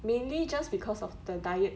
mainly just because of the diet